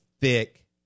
thick